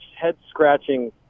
head-scratching